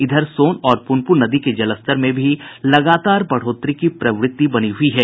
इधर सोन और पुनपुन नदी के जलस्तर में भी लगातार बढोत्तरी की प्रवृत्ति बनी हुई है